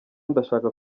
ndashaka